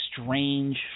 strange